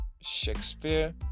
Shakespeare